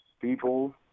people